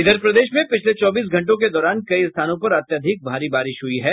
इधर प्रदेश में पिछले चौबीस घंटों के दौरान कई स्थानों पर अत्यधिक भारी बारिश हुई है